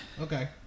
Okay